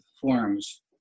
forms